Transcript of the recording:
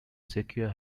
sequoia